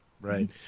Right